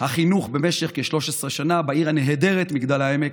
החינוך במשך כ-13 שנה בעיר הנהדרת מגדל העמק.